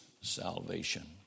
salvation